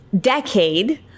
decade